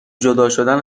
جداشدن